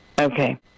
Okay